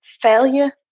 Failure